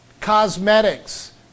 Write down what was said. cosmetics